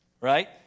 right